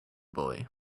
boy